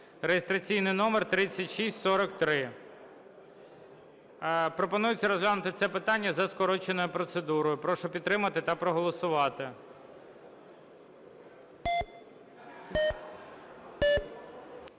(реєстраційний номер 3643). Пропонується розглянути це питання за скороченою процедурою. Прошу підтримати та проголосувати.